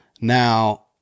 Now